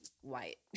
white